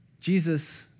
Jesus